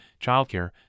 childcare